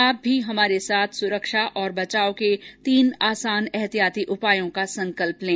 आप भी हमारे साथ सुरक्षा और बचाव के तीन आसान एहतियाती उपायों का संकल्प लें